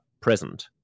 present